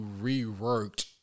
reworked